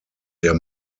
der